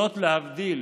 זאת, להבדיל